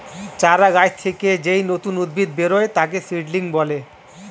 চারা গাছ থেকে যেই নতুন উদ্ভিদ বেরোয় তাকে সিডলিং বলে